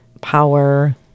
power